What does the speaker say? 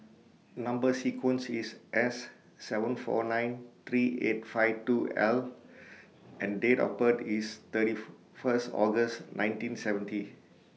Number sequence IS S seven four nine three eight five two L and Date of birth IS thirty First August nineteen seventy